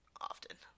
often